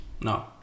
No